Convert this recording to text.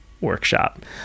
workshop